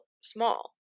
small